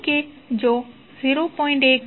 ધારો કે જો 0